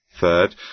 Third